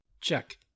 Check